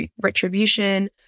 retribution